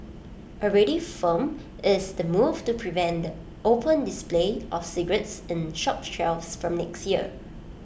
already firm is the move to prevent the open display of cigarettes in shop shelves from next year